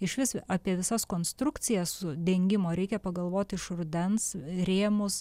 išvis apie visas konstrukcijas dengimo reikia pagalvot iš rudens rėmus